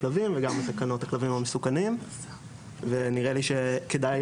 כלבים וגם בתקנות הכלבים המסוכנים ונראה לי שכדאי